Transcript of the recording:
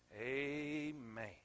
amen